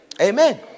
Amen